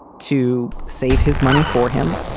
to save his money. for him,